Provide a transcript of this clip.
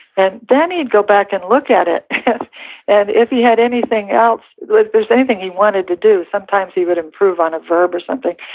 and then he'd go back and look at it and if he had anything else, if there's anything he wanted to do, sometimes he would improve on a verb or something,